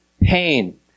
pain